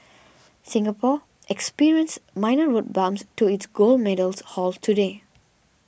Singapore experienced minor road bumps to its gold medals haul today